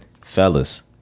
fellas